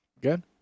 Good